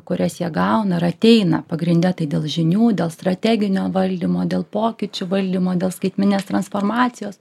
kurias jie gauna ir ateina pagrinde tai dėl žinių dėl strateginio valdymo dėl pokyčių valdymo dėl skaitmeninės transformacijos